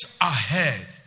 ahead